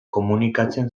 komunikatzen